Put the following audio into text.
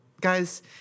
Guys